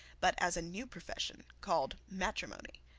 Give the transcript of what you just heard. but as a new profession called matrimony.